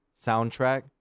soundtrack